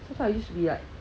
that's why I used to be like